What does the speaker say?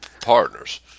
partners